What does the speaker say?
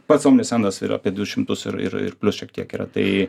pats omnisendas yra apie du šimtus ir ir plius šiek tiek yra tai